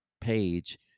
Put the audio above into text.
page